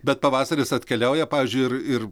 bet pavasaris atkeliauja pavyzdžiui ir ir